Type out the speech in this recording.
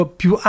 più